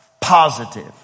positive